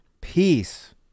Peace